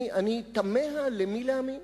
אני תמה למי להאמין,